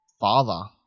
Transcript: father